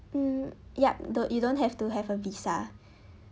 mm yup do~ you don't have to have a visa